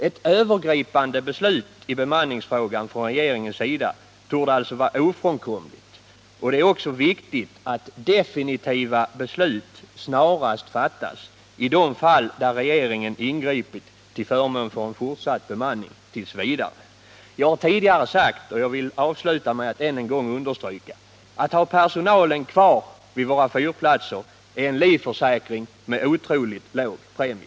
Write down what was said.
Ett övergripande beslut i bemanningsfrågan från regeringens sida torde alltså vara ofrånkomligt, och det är också viktigt att definitiva beslut snarast fattas i de fall där regeringen ingripit till förmån för en fortsatt bemanning t. v. Jag har tidigare sagt och vill avsluta med att ännu en gång understryka att vi genom att ha personalen kvar vid våra fyrplatser får en livförsäkring med otroligt låg premie.